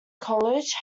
college